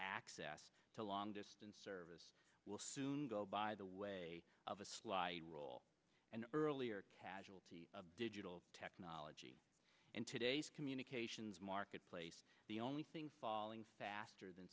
access to long distance service will soon go by the way of a slide rule and earlier casualty of digital technology and today's communications marketplace the only thing falling faster than